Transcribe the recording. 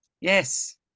Yes